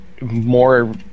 more